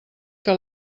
que